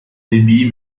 débit